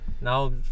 Now